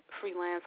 freelance